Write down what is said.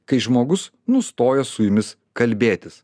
kai žmogus nustoja su jumis kalbėtis